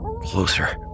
closer